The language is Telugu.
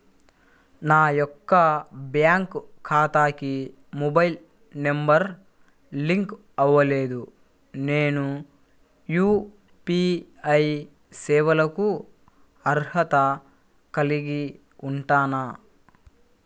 నా యొక్క బ్యాంక్ ఖాతాకి మొబైల్ నంబర్ లింక్ అవ్వలేదు నేను యూ.పీ.ఐ సేవలకు అర్హత కలిగి ఉంటానా?